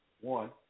One